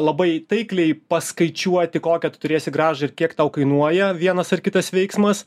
labai taikliai paskaičiuoti kokią tu turėsi grąžą ir kiek tau kainuoja vienas ar kitas veiksmas